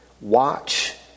watch